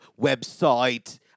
website